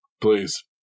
please